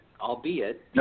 albeit